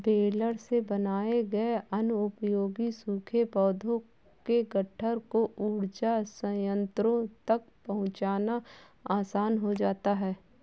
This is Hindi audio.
बेलर से बनाए गए अनुपयोगी सूखे पौधों के गट्ठर को ऊर्जा संयन्त्रों तक पहुँचाना आसान हो जाता है